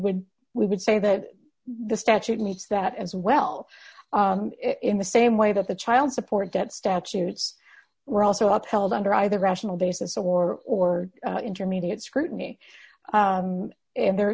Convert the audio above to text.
would we would say that the statute meets that as well in the same way that the child support that statutes were also upheld under either rational basis or or intermediate scrutiny and the